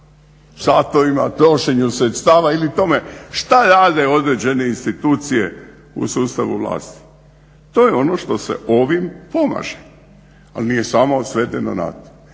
satovima, trošenju sredstava ili o tome što rade određene institucije u sustavu vlasti. To je ono što se ovim pomaže, ali nije samo svedeno na